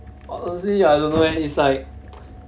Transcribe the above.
honestly like I don't know eh is like